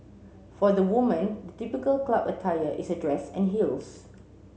for the woman the typical club attire is a dress and heels